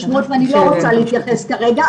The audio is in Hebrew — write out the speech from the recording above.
ואני לא רוצה להתייחס כרגע.